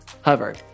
Hover